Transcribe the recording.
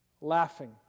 laughing